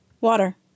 Water